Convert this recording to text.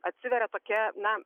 atsiveria tokia na